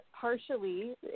partially